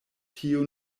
tio